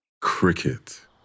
cricket